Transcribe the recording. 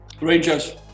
Rangers